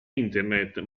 internet